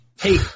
Hey